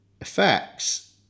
effects